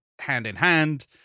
hand-in-hand